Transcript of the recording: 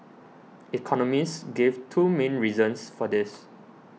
economists gave two main reasons for this